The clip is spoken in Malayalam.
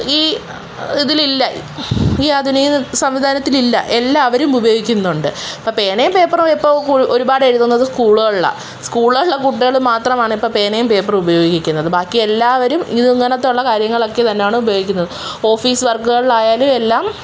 ഈ ഇതിലില്ല ഈ ആധുനിക സംവിധാനത്തിൽ ഇല്ല എല്ലാവരും ഉപയോഗിക്കുന്നുണ്ട് ഇപ്പം പേനയും പേപ്പറും ഇപ്പോൾ ഒരുപാട് എഴുതുന്നത് സ്കൂളുകളിലാണ് സ്കൂളുകളിൽ ഉള്ള കുട്ടികൾ മാത്രമാണ് ഇപ്പം പേനയും പേപ്പറും ഉപയോഗിക്കുന്നത് ബാക്കി എല്ലാവരും ഇങ്ങനത്തെ ഉള്ള കാര്യങ്ങളൊക്കെ തന്നെയാണ് ഉപയോഗിക്കുന്നത് ഓഫീസ് വർക്കുകൾ ആയാലും എല്ലാം